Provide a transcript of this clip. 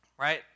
right